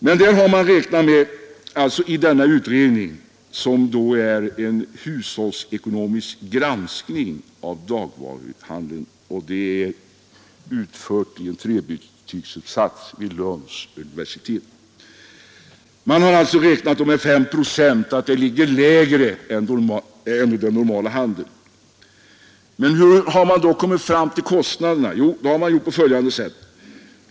Och i den utredningen, som är en hushållsekonomisk granskning av dagligvaruhandeln och utförd som en trebetygsuppsats vid Lunds universitet, har man räknat med att priset är 5 procent lägre än i den vanliga handeln. Och hur har man då kommit fram till de kostnaderna? Jo, det har man gjort så här.